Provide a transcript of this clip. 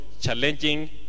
challenging